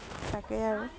তাকেই আৰু